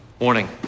Morning